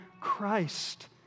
Christ